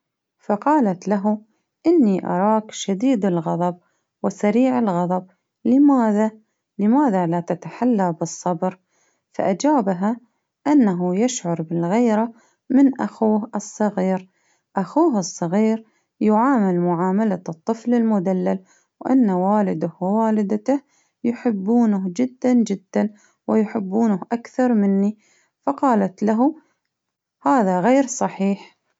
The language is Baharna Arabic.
فقالت له إني أراك شديد الغضب وسريع الغضب لماذا- لماذا لا تتحلى بالصبر؟ فأجابها أنه يشعر بالغيرة من أخوه الصغير، أخوه الصغير يعامل معاملة الطفل المدلل، وأن والده والدته يحبونه جدا جدا ويحبونه أكثر مني، فقالت له هذا غير صحيح.